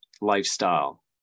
lifestyle